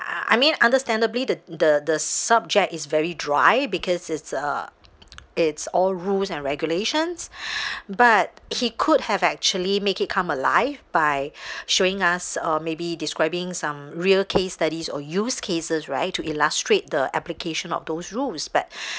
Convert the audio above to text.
I I mean understandably the the the subject is very dry because it's a it's all rules and regulations but he could have actually make it come alive by showing us or maybe describing some real case studies or used cases right to illustrate the application of those rules but